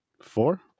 four